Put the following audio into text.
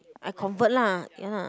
I convert lah ya lah